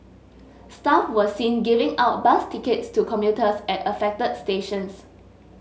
staff were seen giving out bus tickets to commuters at affected stations